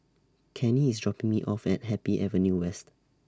Kenny IS dropping Me off At Happy Avenue West